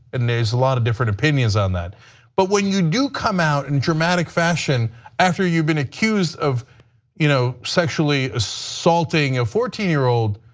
and there's a lot of different opinions on that but when you do come out in dramatic fashion after you've been accused of of you know sexually assaulting a fourteen year old,